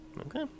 Okay